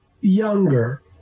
younger